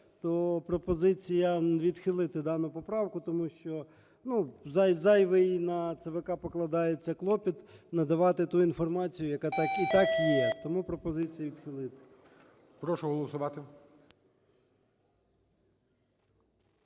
то пропозиція відхилити дану поправку. Тому що зайвий на ЦВК покладається клопіт надавати ту інформацію, яка і так є. Тому пропозиція відхилити.